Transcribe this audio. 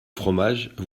fromage